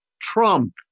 Trump